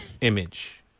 image